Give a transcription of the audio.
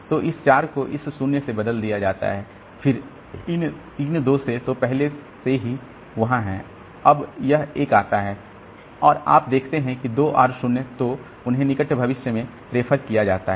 तो इस 4 को इस 0 से बदल दिया जाता है फिर इन 3 2 से तो वे पहले से ही वहां हैं अब यह 1 आता है और आप देखते हैं कि 2 और 0 तो उन्हें निकट भविष्य में रेफर किया जाता है